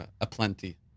aplenty